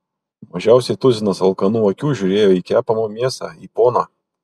mažiausiai tuzinas alkanų akių žiūrėjo į kepamą mėsą į poną